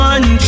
One